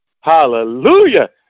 hallelujah